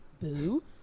Boo